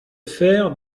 faire